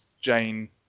jane